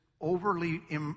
overly